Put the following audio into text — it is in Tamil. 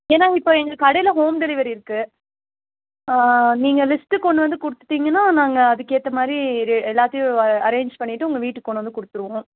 ஏனால் இப்போ எங்கள் கடையில் ஹோம் டெலிவரி இருக்குது நீங்கள் லிஸ்ட்டு கொண்டு வந்து கொடுத்துட்டிங்கன்னா நாங்கள் அதுக்கேற்ற மாதிரி ரே எல்லாத்தையும் அரேஞ்ச் பண்ணிவிட்டு உங்கள் வீட்டுக்கு கொண்டு வந்து கொடுத்துருவோம்